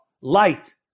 light